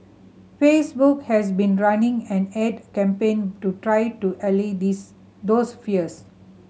Facebook has been running an ad campaign to try to allay these those fears